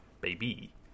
baby